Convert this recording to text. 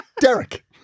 Derek